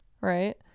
Right